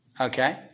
okay